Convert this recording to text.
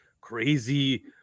crazy